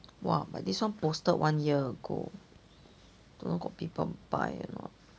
!wah! but this one posted one year ago don't know got people buy or not